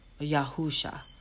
Yahusha